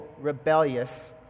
rebellious